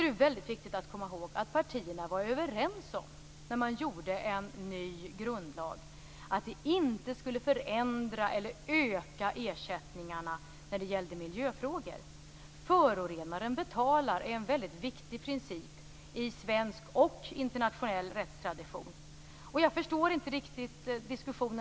Det är viktigt att komma ihåg att partierna var överens om, när man gjorde en ny grundlag, att det inte skulle förändra eller öka ersättningarna när det gällde miljöfrågor. Att förorenaren betalar är en viktig princip i svensk och internationell rättstradition. Jag förstår inte riktigt diskussionen här.